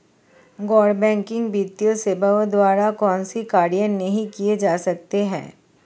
गैर बैंकिंग वित्तीय सेवाओं द्वारा कौनसे कार्य नहीं किए जा सकते हैं?